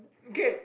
okay